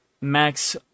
Max